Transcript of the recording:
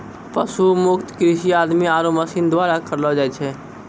पशु मुक्त कृषि आदमी आरो मशीन द्वारा करलो जाय छै